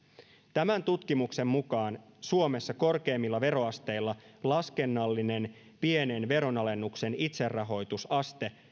tämän tutkimuksen mukaan suomessa korkeimmilla veroasteilla laskennallinen pienen veronalennuksen itserahoitusaste